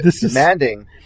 Demanding